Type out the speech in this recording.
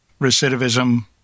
recidivism